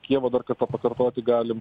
kijevo dar kartą pakartoti galim